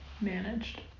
managed